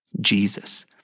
Jesus